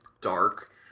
dark